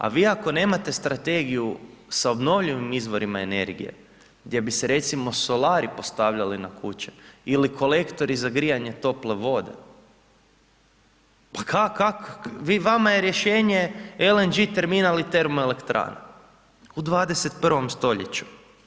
A vi ako nemate strategiju sa obnovljivim izborima energije gdje bi se recimo solari postavljali na kuće ili kolektori za grijanje tople vode, pa kako, vi, vama je rješenje LNG terminal i termoelektrana u 21. stoljeću.